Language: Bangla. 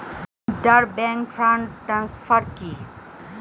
ইন্টার ব্যাংক ফান্ড ট্রান্সফার কি?